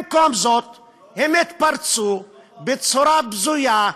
במקום זה הם התפרצו בצורה בזויה,